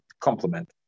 complement